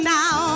now